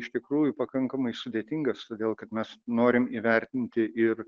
iš tikrųjų pakankamai sudėtingas todėl kad mes norim įvertinti ir